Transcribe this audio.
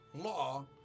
law